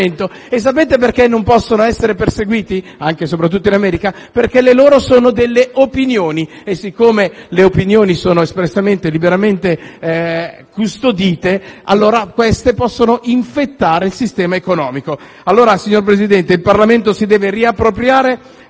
E sapete perché non possono essere perseguiti, soprattutto in America? Perché le loro sono delle opinioni e, siccome le opinioni sono espressamente e liberamente custodite, queste possono infettare il sistema economico. Signor Presidente, il Parlamento si deve riappropriare